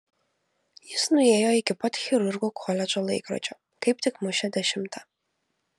jis nuėjo iki pat chirurgų koledžo laikrodžio kaip tik mušė dešimtą